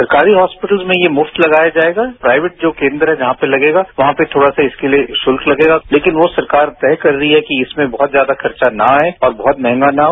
सरकारी हॉस्पिटल्स में ये मुफ्त लगाया जाएगा प्राइवेट जो केन्द्र हैं जहां पे लगेगा वहां पे इसके लिए थोड़ा सा शुल्क लगेगा लेकिन वो सरकार तय कर रही है कि इसमें बहुत ज्यादा खर्च न आए और बहुत महंगा न हो